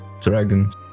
Dragons